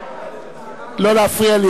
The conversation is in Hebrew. לא להפריע לי.